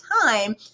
time